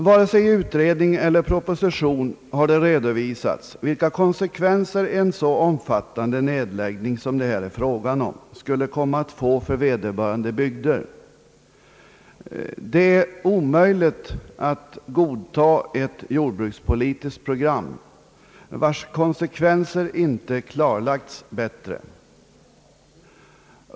Varken i utredningen eller i propositionen har det redovisats vilka konsekvenser en så omfattande nedläggning som det här är fråga om skulle komma att få för vederbörande bygder. Det är omöjligt att godta ett jordbrukspolitiskt program, vars konsekvenser inte har klarlagts bättre.